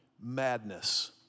madness